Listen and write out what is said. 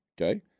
okay